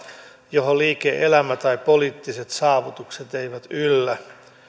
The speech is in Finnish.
johon liike elämä tai poliittiset saavutukset eivät yllä